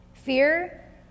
Fear